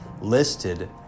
listed